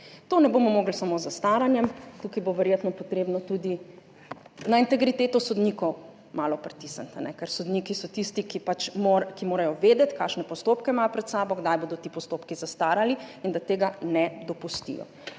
Tega ne bomo mogli samo z zastaranjem, tukaj bo verjetno potrebno tudi na integriteto sodnikov malo pritisniti. Ker sodniki so tisti, ki morajo vedeti, kakšne postopke imajo pred sabo, kdaj bodo ti postopki zastarali in da tega ne dopustijo.